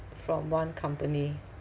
from one company